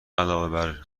علاوه